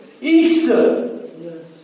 Easter